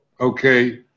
okay